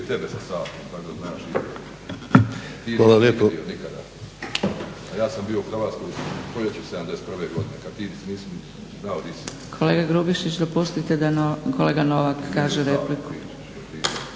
razumije./ … Kolega Grubišić, dopustite da kolega Novak kaže repliku.